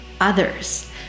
others